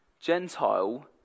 Gentile